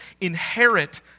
inherit